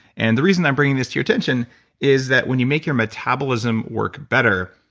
and the reason i'm bringing this to your attention is that when you make your metabolism work better,